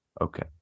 okay